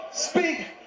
Speak